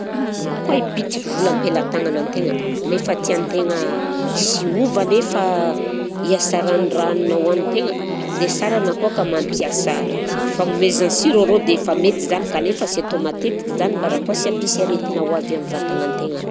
Na koy bitika vola am-pelatagnanan-tegna nefa tian-tegna sy hiova anefa ny hasaran'ny raha hohanin-tegna dia sara na koa ka mampiasa fanomezan-siro arô dia efa mety izany kanefa sy atao matetika zany mba raha koa sy hampisy aretina hoavy amin'ny vatanan-tegna